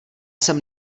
jsem